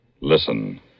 Listen